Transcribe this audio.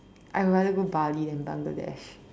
I rather go Bali than Bangladesh